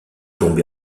tombé